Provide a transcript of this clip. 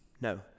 No